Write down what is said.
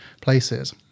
places